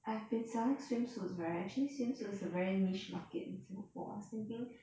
I've been selling swimsuits right actually swimsuits is a very niche market in singapore I was thinking